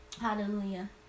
Hallelujah